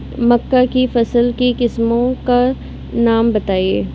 मक्का की फसल की किस्मों का नाम बताइये